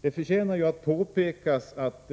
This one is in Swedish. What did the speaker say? Det förtjänar att poängteras att